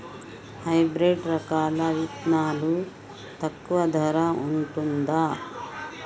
Hybrid రకాల విత్తనాలు తక్కువ ధర ఉంటుందా?